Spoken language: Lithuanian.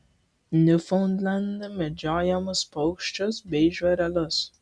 niufaundlende medžiojamus paukščius bei žvėrelius